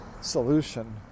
solution